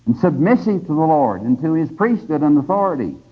submissive to the lord and to his priesthood and authority.